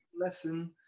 lesson